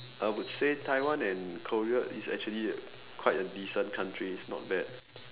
I would say Taiwan and Korea is actually quite a decent country it's not bad